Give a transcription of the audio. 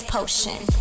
Potion